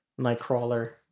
Nightcrawler